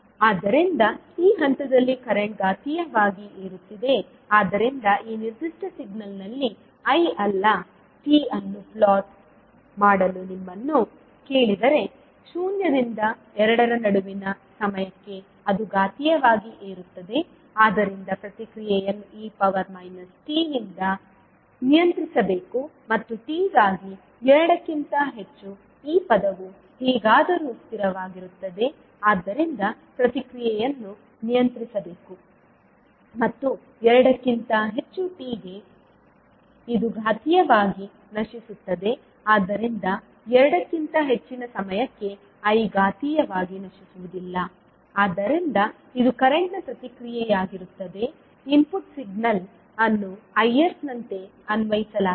ಆದ್ದರಿಂದ ಈ ಹಂತದಲ್ಲಿ ಕರೆಂಟ್ ಘಾತೀಯವಾಗಿ ಏರುತ್ತಿದೆ ಆದ್ದರಿಂದ ಈ ನಿರ್ದಿಷ್ಟ ಸಿಗ್ನಲ್ನಲ್ಲಿ I ಅಲ್ಲ t ಅನ್ನು ಪ್ಲಾಟ್ ಮಾಡಲು ನಿಮ್ಮನ್ನು ಕೇಳಿದರೆ ಶೂನ್ಯದಿಂದ ಎರಡರ ನಡುವಿನ ಸಮಯಕ್ಕೆ ಅದು ಘಾತೀಯವಾಗಿ ಏರುತ್ತದೆ ಆದ್ದರಿಂದ ಪ್ರತಿಕ್ರಿಯೆಯನ್ನು e t ನಿಂದ ನಿಯಂತ್ರಿಸಬೇಕು ಮತ್ತು t ಗಾಗಿ ಎರಡಕ್ಕಿಂತ ಹೆಚ್ಚು ಈ ಪದವು ಹೇಗಾದರೂ ಸ್ಥಿರವಾಗಿರುತ್ತದೆ ಆದ್ದರಿಂದ ಪ್ರತಿಕ್ರಿಯೆಯನ್ನು ನಿಯಂತ್ರಿಸಬೇಕು ಮತ್ತು ಎರಡಕ್ಕಿಂತ ಹೆಚ್ಚು t ಗೆ ಇದು ಘಾತೀಯವಾಗಿ ನಶಿಸುತ್ತದೆ ಆದ್ದರಿಂದ ಎರಡಕ್ಕಿಂತ ಹೆಚ್ಚಿನ ಸಮಯಕ್ಕೆ I ಘಾತೀಯವಾಗಿ ನಶಿಸುವುದಿಲ್ಲ ಆದ್ದರಿಂದ ಇದು ಕರೆಂಟ್ನ ಪ್ರತಿಕ್ರಿಯೆಯಾಗಿರುತ್ತದೆ ಇನ್ಪುಟ್ ಸಿಗ್ನಲ್ ಅನ್ನು Isನಂತೆ ಅನ್ವಯಿಸಲಾಗಿದೆ